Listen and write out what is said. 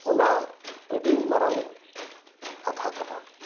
ᱚᱱᱟ ᱟᱰᱤ ᱢᱟᱨᱟᱝ ᱠᱟᱛᱷᱟ ᱠᱟᱱᱟ